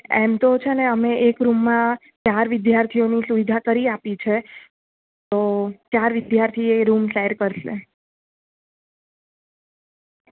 એમ તો છે ને અમે એક રૂમમાં ચાર વિદ્યાર્થીઓની સુવિધા કરી આપી છે તો ચાર વિદ્યાર્થી એ રૂમ શેર કરશે